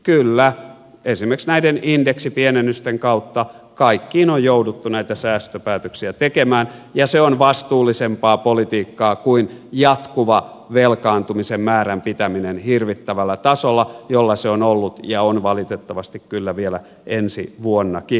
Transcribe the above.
kyllä esimerkiksi näiden indeksipienennysten kautta kaikkiin on jouduttu säästöpäätöksiä tekemään ja se on vastuullisempaa politiikkaa kuin jatkuva velkaantumisen määrän pitäminen hirvittävällä tasolla jolla se on ollut ja on valitettavasti kyllä vielä ensi vuonnakin